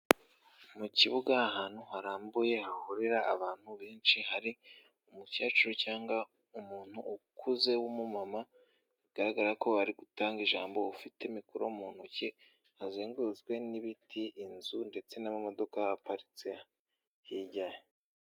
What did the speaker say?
Mu kibuga ahantu harambuye, hahurira abantu benshi, hari umukecuru cyangwa umuntu ukuze w'umumama, bigaragara ko ari gutanga ijambo, ufite mikoro mu ntoki, azengurutswe n'ibiti, inzu ndetse n'amamodoka ahaparitse hirya.